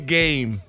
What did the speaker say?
game